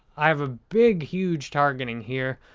i have a big, huge targeting here,